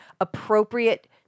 appropriate